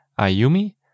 Ayumi